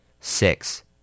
six